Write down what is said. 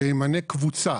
שימנה קבוצה